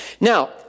Now